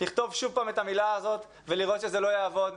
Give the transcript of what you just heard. לכתוב שוב פעם את המילה הזאת ולראות שזה לא יעבוד.